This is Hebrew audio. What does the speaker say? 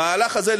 המהלך הזה,